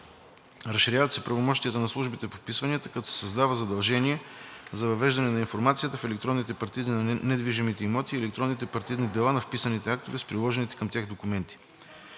Разширяват се правомощията на службите по вписванията, като се създава задължение за въвеждане на информацията в електронните партиди на недвижимите имоти и електронните партидни дела на вписаните актове с приложените към тях документи.